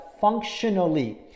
functionally